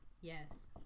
yes